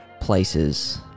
places